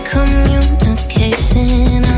Communication